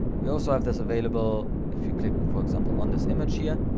we also have this available. if you click for example, on this image here,